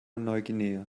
neuguinea